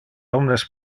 omnes